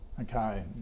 Okay